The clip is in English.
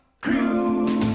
Crew